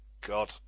God